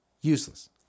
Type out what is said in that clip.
useless